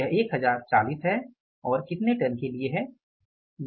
यह 1040 है और कितने टन के लिए है